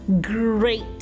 great